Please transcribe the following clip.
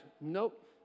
nope